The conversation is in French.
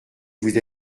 vous